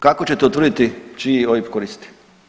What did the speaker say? Kako ćete utvrditi čiji OIB koristi.